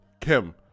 Kim